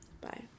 bye